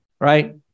Right